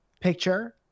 picture